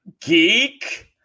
geek